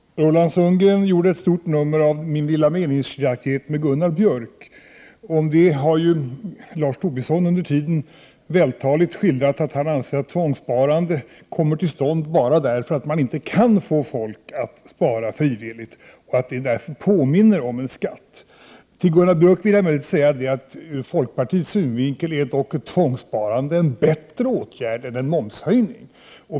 Herr talman! Roland Sundgren gjorde ett stort nummer av min lilla meningsskiljaktighet med Gunnar Björk. Utifrån detta har Lars Tobisson vältaligt redovisat att han anser att tvångssparande kommer till stånd bara därför att man inte kan få folk att spara frivilligt, och att det därför påminner om en skatt. Till Gunnar Björk vill jag säga att ur folkpartiets synvinkel är dock ett tvångssparande en bättre åtgärd än en momshöjning.